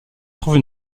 trouve